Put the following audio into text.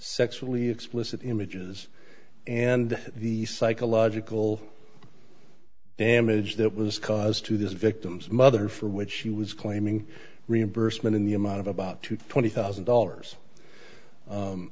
sexually explicit images and the psychological damage that was caused to this victim's mother for which she was claiming reimbursement in the amount of about two twenty thousand dollars